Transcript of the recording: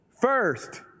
First